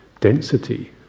density